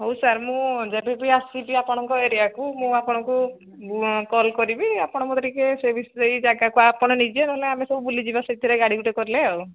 ହଉ ସାର୍ ମୁଁ ଯେବେ ବି ଆସିବି ଆପଣଙ୍କ ଏରିଆକୁ ମୁଁ ଆପଣଙ୍କୁ କଲ୍ କରିବି ଆପଣ ମୋତେ ଟିକେ ସେ ସେଇ ଜାଗାକୁ ଆପଣ ନିଜେ ନହେଲେ ଆମେ ସବୁ ବୁଲିଯିବା ସେଇଥିରେ ଗାଡ଼ି ଗୋଟେ କଲେ ଆଉ